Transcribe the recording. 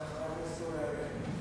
סיימתי את הנאום.